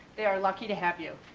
they are lucky to have you.